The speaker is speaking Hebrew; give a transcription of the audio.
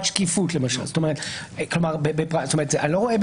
הסיפור הזה של השקיפות וההגדרה של מודעת בחירות לא מופיעה